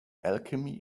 alchemy